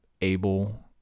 Able